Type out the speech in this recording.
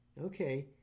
okay